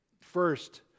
first